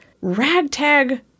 ragtag